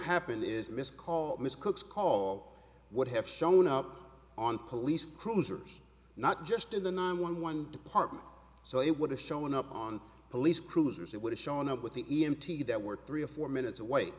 happened is missed call miss cook's call what have shown up on police cruisers not just in the nine one one department so it would have shown up on police cruisers that would have shown up with the e m t that were three or four minutes away